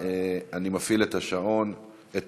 בוועדה לפניות הציבור, סליחה.